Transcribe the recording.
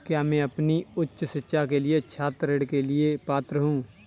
क्या मैं अपनी उच्च शिक्षा के लिए छात्र ऋण के लिए पात्र हूँ?